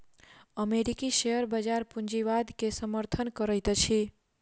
अमेरिकी शेयर बजार पूंजीवाद के समर्थन करैत अछि